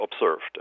observed